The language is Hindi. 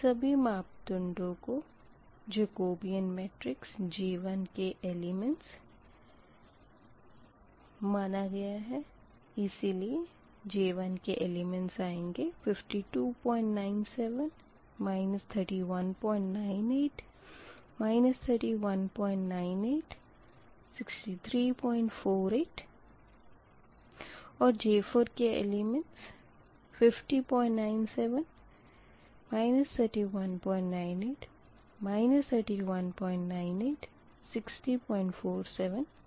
इन मापदंडो से जकोबीयन मेट्रिक्स J1 के एलिमेंट्स 5297 3198 3198 6348 और J4 के 5097 3198 3198 6047 प्राप्त होंगे